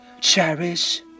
cherish